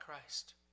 Christ